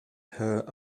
her